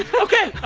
ah ok.